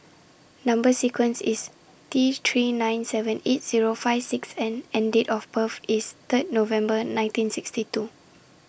Number sequence IS T three nine seven eight Zero five six N and Date of birth IS Third November nineteen sixty two